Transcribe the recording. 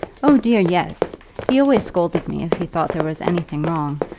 oh dear, yes he always scolded me if he thought there was anything wrong,